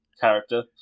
character